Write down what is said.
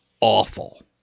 awful